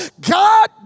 God